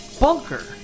Bunker